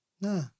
Nah